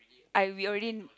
I we already